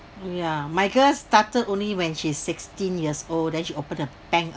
ya my girls started only when she's sixteen years old then she opened a bank